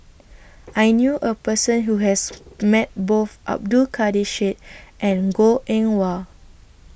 I knew A Person Who has Met Both Abdul Kadir Syed and Goh Eng Wah